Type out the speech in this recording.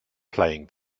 playing